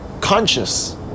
conscious